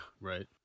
Right